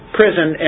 prison